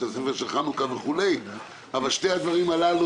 בתי ספר של חנוכה וכולי אבל שני הדברים הללו